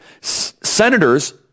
Senators